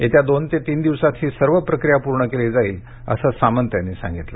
येत्या दोन ते तीन दिवसांत ही सर्व प्रक्रिया पूर्ण केली जाईल असं उदय सामंत यांनी सांगितलं